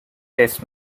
test